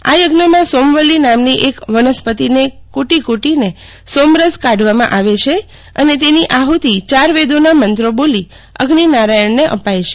આ યજ્ઞમાં સોમવલ્લી નામની વનસ્પતિબે કુટી કુટીને સોમરસ કાઢવામાં આવે છે અને તેની આહૃતિ ચાર વેદોના મંત્રો બોલી અઝિ નારાયણને આપાય છે